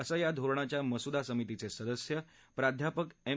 असं या धोरणाच्या मसुदा समीतीच सिदस्य प्राध्यापक एम